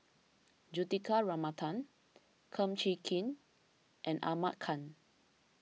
Juthika Ramanathan Kum Chee Kin and Ahmad Khan